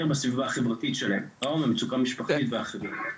בסביבה החברתית שלהם טראומה ומצוקה משפחתית ואחרים.